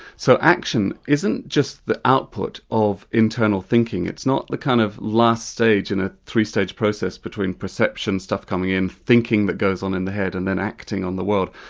so action isn't just the output of internal thinking, it's not the kind of last stage in a three-stage process between perception, stuff coming in, thinking that goes on in the head and then acting on the world.